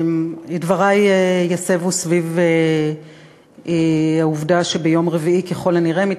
דברי ייסבו על העובדה שביום רביעי, ככל הנראה,